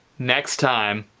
next time!